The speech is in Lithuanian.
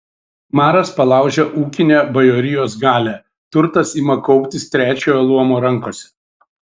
maras palaužia ūkinę bajorijos galią turtas ima kauptis trečiojo luomo rankose